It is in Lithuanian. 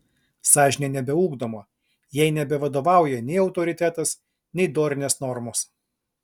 sąžinė nebeugdoma jai nebevadovauja nei autoritetas nei dorinės normos